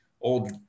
Old